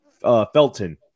Felton